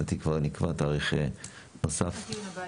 הדיון הבא